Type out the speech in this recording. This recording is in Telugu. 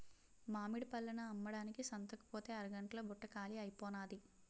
మామిడి పళ్ళను అమ్మడానికి సంతకుపోతే అరగంట్లో బుట్ట కాలీ అయిపోనాది